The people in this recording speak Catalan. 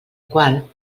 qual